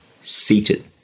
seated